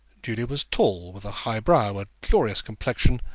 julia was tall, with a high brow, a glorious complexion,